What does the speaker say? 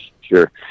Sure